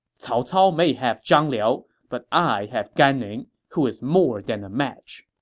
cao cao may have zhang liao, but i have gan ning, who is more than a match.